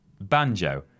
banjo